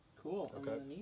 Cool